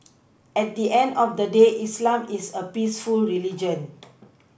at the end of the day islam is a peaceful religion